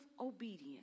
obedience